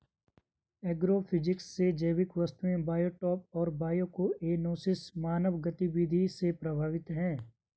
agrophysics से जैविक वस्तुएं बायोटॉप और बायोकोएनोसिस मानव गतिविधि से प्रभावित हैं